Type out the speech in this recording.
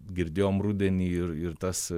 girdėjom rudenį ir ir tas